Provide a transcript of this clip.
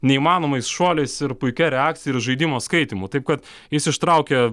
neįmanomais šuoliais ir puikia reakcija ir žaidimo skaitymu taip kad jis ištraukia